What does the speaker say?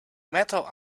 metal